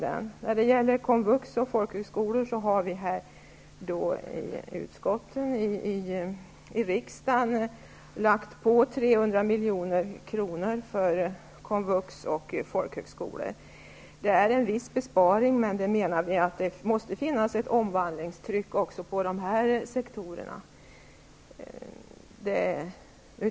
Vi har från utskottens sida i riksdagen föreslagit att 300 milj.kr. skall läggas på för komvux och folkhögskolor. Det innebär en viss besparing, men vi menar att det måste finnas ett omvandlingstryck också på dessa sektorer.